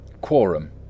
Quorum